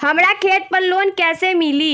हमरा खेत पर लोन कैसे मिली?